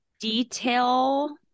detail